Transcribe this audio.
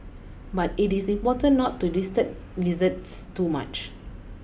but it is important not to disturb lizards too much